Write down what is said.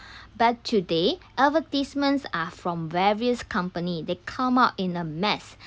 but today advertisements are from various company they come up in a mass